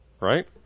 right